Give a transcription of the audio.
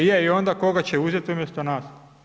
Je, i onda koga će uzeti umjesto nas?